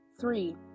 Three